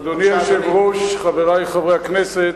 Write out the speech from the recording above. אדוני היושב-ראש, חברי חברי הכנסת,